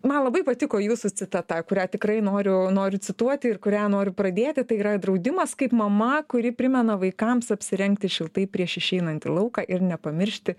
man labai patiko jūsų citata kurią tikrai noriu noriu cituoti ir kurią noriu pradėti tai yra draudimas kaip mama kuri primena vaikams apsirengti šiltai prieš išeinant į lauką ir nepamiršti